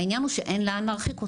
העניין הוא שאין לאן להרחיק אותו.